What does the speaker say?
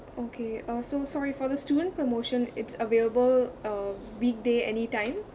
okay uh so sorry for the student promotion it's available uh weekday anytime